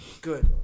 Good